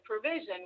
provision